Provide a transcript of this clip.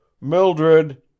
Mildred